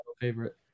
favorite